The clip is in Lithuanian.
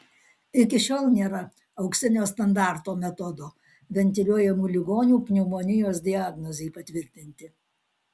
iki šiol nėra auksinio standarto metodo ventiliuojamų ligonių pneumonijos diagnozei patvirtinti